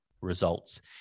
results